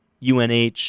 UNH